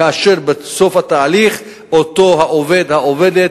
כאשר בסוף התהליך אותו עובד או אותה עובדת